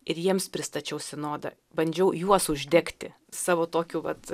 ir jiems pristačiau sinodą bandžiau juos uždegti savo tokiu vat